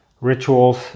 rituals